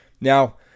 Now